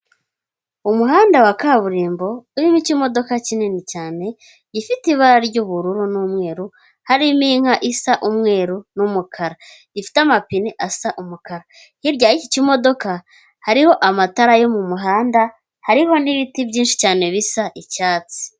Umuhanda wa kaburimbo urimo ikimodoka kinini cyane, gifite ibara ry'ubururu n'umweru, harimo inka isa umweru n'umukara, gifite amapine asa umukara. Hirya y'iki kimodoka, hariho amatara yo mu muhanda, hariho n'ibiti byinshi cyane bisa icyatsi.